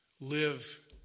live